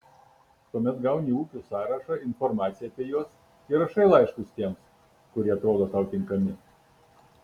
tuomet gauni ūkių sąrašą informaciją apie juos ir rašai laiškus tiems kurie atrodo tau tinkami